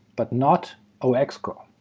but not o excl